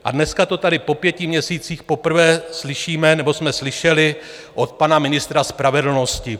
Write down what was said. A dneska to tady poprvé po pěti měsících slyšíme, nebo jsme slyšeli, od pana ministra spravedlnosti.